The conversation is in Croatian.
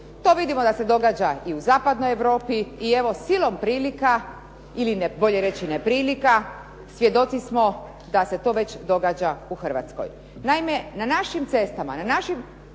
To vidimo da se događa i u zapadnoj Europi i evo silom prilika ili bolje reći neprilika svjedoci smo da se to već događa u Hrvatskoj.